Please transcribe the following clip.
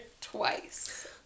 twice